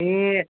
ए